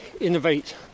Innovate